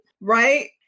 right